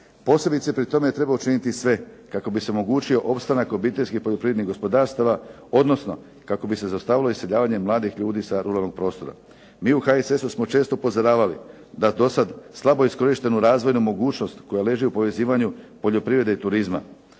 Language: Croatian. Posebice pri tome treba učiniti sve kako bi se omogućio opstanak obiteljskih poljoprivrednih gospodarstava odnosno kako bi se zaustavilo iseljavanje mladih ljudi sa ruralnog prostora. Mi u HSS-u smo često upozoravali da do sada slabo iskorištenu razvojnu mogućnost koja leži u povezivanju poljoprivrede i turizma,